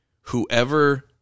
whoever